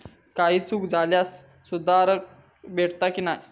काही चूक झाल्यास सुधारक भेटता की नाय?